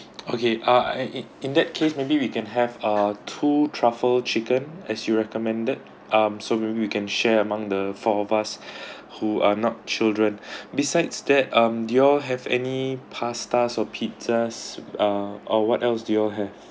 okay ah and in in that case maybe we can have uh two truffle chicken as you recommended um so maybe we can share among the four of us who are not children besides that um do you all have any pasta or pizzas uh or what else do you all have